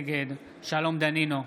נגד שלום דנינו,